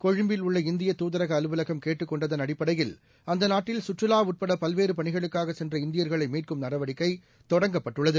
கொழும்பில் உள்ள இந்திய தூதரக அலுவலகம் கேட்டுக் கொண்டதன் அடிப்படையில் அந்த நாட்டில் சுற்றுவா உட்பட பல்வேறு பணிகளுக்காக சென்ற இந்தியர்களை மீட்கும் நடவடிக்கை தொடங்கப்பட்டுள்ளது